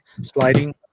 sliding